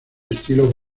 estilo